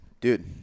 Dude